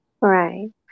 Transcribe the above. Right